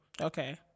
Okay